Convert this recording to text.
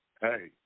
Hey